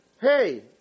hey